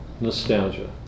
nostalgia